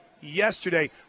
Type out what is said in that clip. yesterday